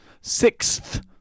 Sixth